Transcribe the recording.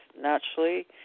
naturally